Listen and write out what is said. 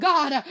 God